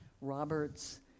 Roberts